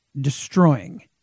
destroying